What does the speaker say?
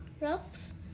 ropes